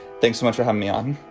thanks so much for having me on